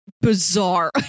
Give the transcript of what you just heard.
bizarre